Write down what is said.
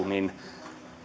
niin